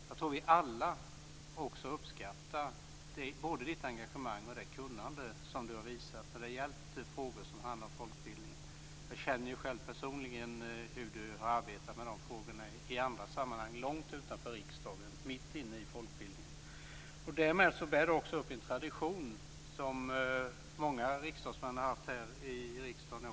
Jag tror att vi alla uppskattar både det engagemang och det kunnande som Berit Oscarsson har visat när det har gällt frågor som handlar om folkbildningen. Jag känner själv personligen till hur hon har arbetat med de frågorna i andra sammanhang - långt utanför riksdagen, mitt inne i folkbildningen. Därmed bär också Berit Oscarsson upp en tradition som många riksdagsmän har fört vidare här i riksdagen.